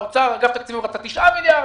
אגף התקציבים רצה 9 מיליארד,